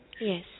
Yes